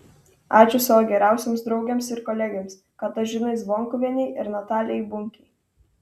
ačiū savo geriausioms draugėms ir kolegėms katažinai zvonkuvienei ir natalijai bunkei